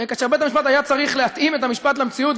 כאשר בית-המשפט היה צריך להתאים את המשפט למציאות,